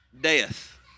death